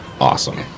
Awesome